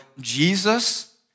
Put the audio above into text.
Jesus